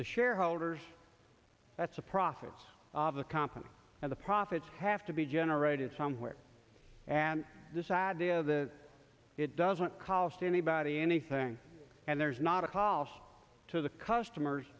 the shareholders that's a profit of the company and the profits have to be generated somewhere and this idea of the it doesn't cost anybody anything and there's not a call to the customers